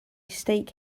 steak